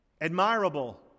admirable